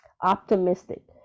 optimistic